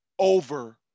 Over